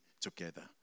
together